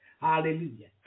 Hallelujah